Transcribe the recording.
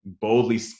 boldly